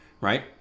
right